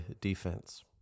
defense